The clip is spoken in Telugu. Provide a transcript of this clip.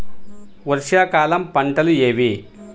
వర్షాకాలం పంటలు ఏవి?